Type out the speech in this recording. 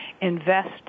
invest